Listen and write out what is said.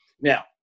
Now